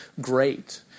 great